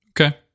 Okay